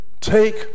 take